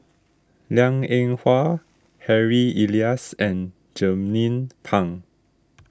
Liang Eng Hwa Harry Elias and Jernnine Pang